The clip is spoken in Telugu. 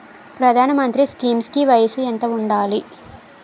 ప్రధాన మంత్రి స్కీమ్స్ కి వయసు ఎంత ఉండాలి?